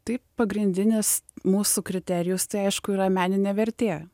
tai pagrindinis mūsų kriterijus tai aišku yra meninė vertė